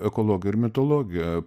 ekologija ir mitologija